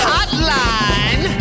Hotline